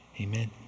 Amen